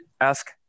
ask